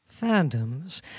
fandoms